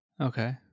Okay